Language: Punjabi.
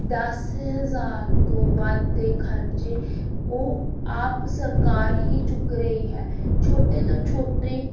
ਦਸ ਹਜ਼ਾਰ ਤੋਂ ਵੱਧ ਦੇ ਖਰਚੇ ਉਹ ਆਪ ਸਰਕਾਰ ਹੀ ਚੁੱਕ ਰਹੀ ਹੈ ਛੋਟੇ ਤੋਂ ਛੋਟੇ